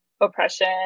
oppression